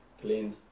clean